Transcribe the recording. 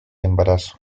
embarazo